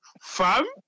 Fam